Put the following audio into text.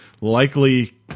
likely